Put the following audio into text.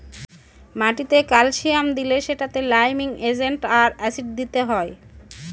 মাটিতে ক্যালসিয়াম দিলে সেটাতে লাইমিং এজেন্ট আর অ্যাসিড দিতে হয়